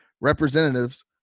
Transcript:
representatives